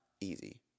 easy